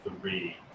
three